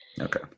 Okay